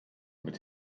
mit